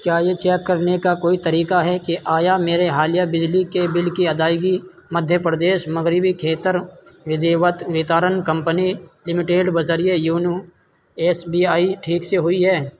کیا یہ چیک کرنے کا کوئی طریقہ ہے کہ آیا میرے حالیہ بجلی کے بل کی ادائیگی مدھیہ پردیش مغربی کھیتر ودھت وترن کمپنی لمیٹیڈ بذریعہ یونو ایس بی آئی ٹھیک سے ہوئی ہے